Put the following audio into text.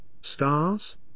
stars